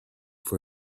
for